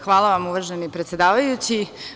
Hvala vam uvaženi predsedavajući.